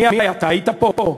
מי היה, אתה היית פה?